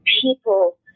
People